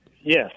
Yes